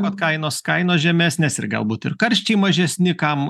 vat kainos kainos žemesnės ir galbūt ir karščiai mažesni kam